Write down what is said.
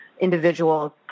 individuals